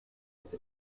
his